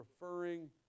referring